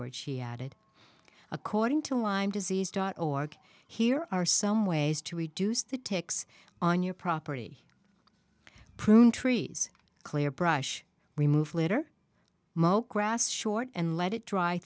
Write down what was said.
od she added according to lyme disease dot org here are some ways to reduce the ticks on your property prune trees clear brush remove litter mow crass short and let it dry